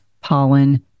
pollen